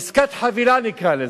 עסקת חבילה נקרא לזה,